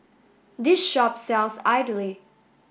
this shop sells idly